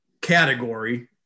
category